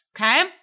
Okay